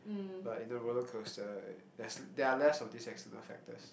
but in a rollercoaster there's there are less of these external factors